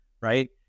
right